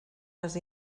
les